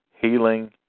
healing